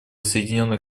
соединенных